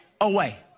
away